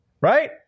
Right